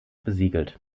besiegelt